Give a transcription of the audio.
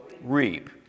reap